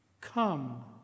come